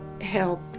help